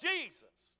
Jesus